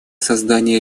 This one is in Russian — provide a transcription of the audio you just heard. создания